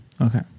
Okay